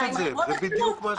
באותה מידה.